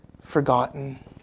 forgotten